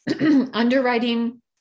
Underwriting